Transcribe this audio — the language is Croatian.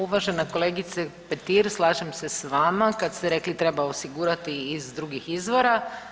Uvažena kolegice Petir, slažem se sa vama kad ste rekli treba osigurati iz drugih izvora.